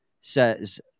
says